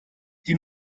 die